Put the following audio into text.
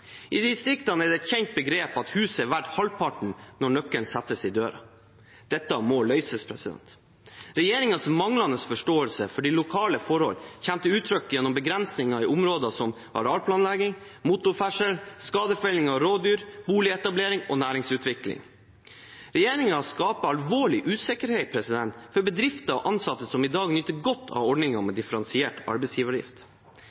I distriktene er det et kjent begrep at huset er verdt halvparten når nøkkelen settes i døra. Dette må løses. Regjeringens manglende forståelse for de lokale forhold kommer til uttrykk gjennom begrensninger på områder som arealplanlegging, motorferdsel, skadefelling av rovdyr, boligetablering og næringsutvikling. Regjeringen skaper alvorlig usikkerhet for bedrifter og ansatte som i dag nyter godt av ordningen med